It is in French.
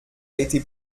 été